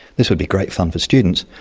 this would be great fun for students,